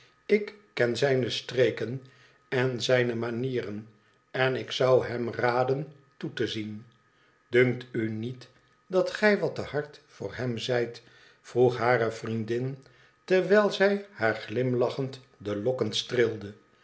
ttl ken zijne streken en zijne manieren en ik zou hem raden toe te zien dunkt u niet dat gij wat te hard voor hem zijt vroeg hare vriendin terwijl zij haar glimlachend de lokken